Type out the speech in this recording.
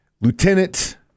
Lieutenant